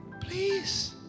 Please